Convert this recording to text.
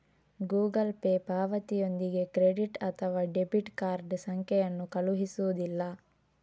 Google Pay ಪಾವತಿಯೊಂದಿಗೆ credit ಅಥವಾ debit card ಸಂಖ್ಯೆಯನ್ನು ಕಳುಹಿಸುವುದಿಲ್ಲ